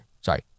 Sorry